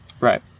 right